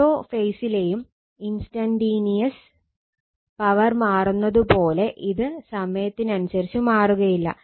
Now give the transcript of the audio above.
ഓരോ ഫേസിലെയും instantaneous power മാറുന്നത് പോലെ ഇത് സമയത്തിനനുസരിച്ച് മാറുകയില്ല